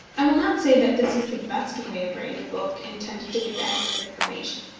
i will not say that this is the best way of writing a book intended to give accurate information.